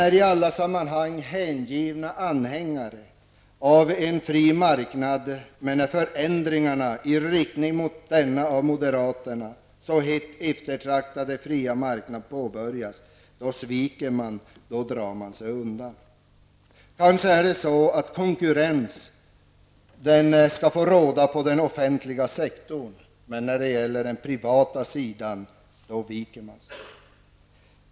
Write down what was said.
De är i alla andra sammanhang hängivna anhängare av en fri marknad. Men när förändringar i riktning mot denna av moderaterna så högt eftertraktade fria marknad påbörjas sviker man. Då drar man sig undan. Kanske är det så, att konkurrens endast skall få råda inom den offentliga sektorn. När det gäller den privata sidan däremot viker man sig så att säga.